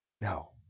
no